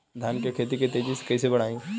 धान क खेती के तेजी से कइसे बढ़ाई?